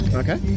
okay